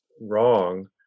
wrong